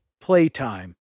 Playtime